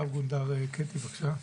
רב-גונדר קטי, בבקשה.